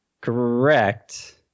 Correct